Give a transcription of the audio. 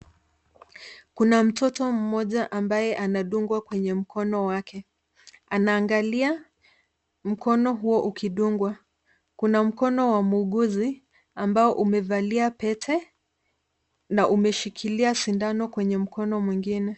Kuna mtoto mmoja ambaye anadungwa kwenye mkono wake. Anaangalia mkono huo ukidungwa. Kuna mkono wa muguzi ambao umevalia pete, na umeshikilia sindano kwenye mkono mwingine.